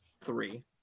three